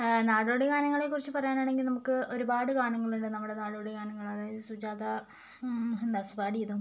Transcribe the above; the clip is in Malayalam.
നാടോടിഗാനങ്ങളെക്കുറിച്ച് പറയാനാണെങ്കിൽ നമുക്ക് ഒരുപാട് ഗാനങ്ങളുണ്ട് നമ്മുടെ നാടോടിഗാനങ്ങള് അതായത് സുജാതാ ദാസ് പാടിയതും